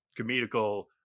comedical